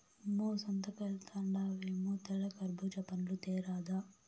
మ్మే సంతకెల్తండావేమో తెల్ల కర్బూజా పండ్లు తేరాదా